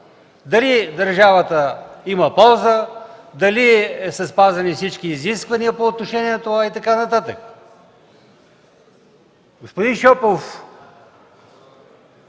дали държавата има полза, дали са спазени всички изисквания по отношение на това и така нататък. Господин Шопов,